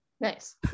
Nice